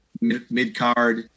mid-card